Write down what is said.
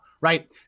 right